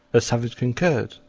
savage concurred,